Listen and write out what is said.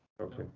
okay